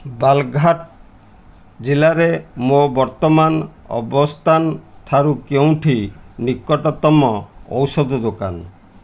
ବାଲଘାଟ ଜିଲ୍ଲାରେ ମୋ ବର୍ତ୍ତମାନ ଅବସ୍ତାନ ଠାରୁ କେଉଁଠି ନିକଟତମ ଔଷଧ ଦୋକାନ